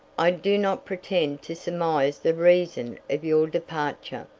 i do not pretend to surmise the reason of your departure,